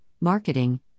marketing